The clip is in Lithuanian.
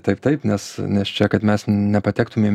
taip taip nes nes čia kad mes nepatektumėm